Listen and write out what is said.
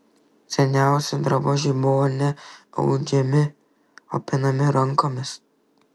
seniausi drabužiai buvo ne audžiami o pinami rankomis